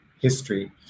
history